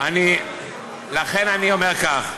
אני אומר כך,